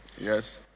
Yes